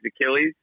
Achilles